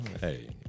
hey